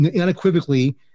Unequivocally